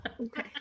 okay